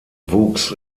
wuchs